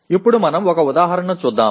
ఇప్పుడు మనం ఒక ఉదాహరణ చూద్దాం